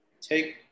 take